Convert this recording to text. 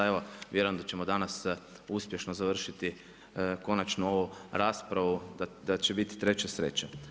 Evo vjerujem da ćemo danas uspješno završiti konačno ovu raspravu, da će biti treća sreća.